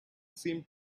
seemed